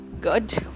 Good